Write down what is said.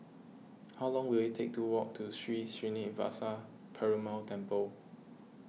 how long will it take to walk to Sri Srinivasa Perumal Temple